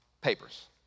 papers